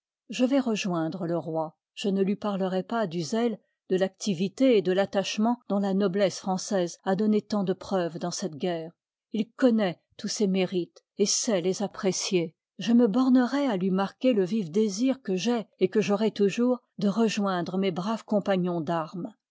je vais rejoindre le roi je ne lui parlerai pas du zèle de l'activité et de l'atw tachement dont la noblesse française a donné tant de preuves dans cette guerre il connoît tous ses mérites et sait les i apprécier je me bornerai à lui marquer le vif désir que j'ai et que j'aurai toujours de rejoindre mes braves compagnons d'armes